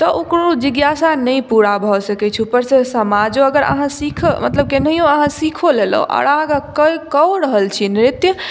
तऽ ओकरो जिज्ञासा नहि पुरा सकै छै हमर सभकेँ समाजो अगर अहाँ सिख मतलब केनाहियो अहाँ सिखो लेलहुँ आ अहाँ कऽ ओ रहल छी नृत्य